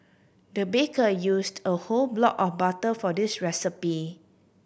the baker used a whole block of butter for this recipe